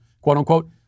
quote-unquote